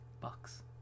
Bucks